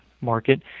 market